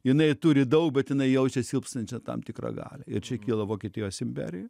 jinai turi daug bet jinai jaučia silpstančią tam tikrą galią ir čia kyla vokietijos imperija